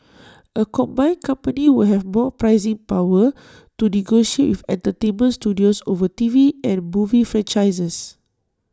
A combined company would have more pricing power to negotiate with entertainment studios over T V and movie franchises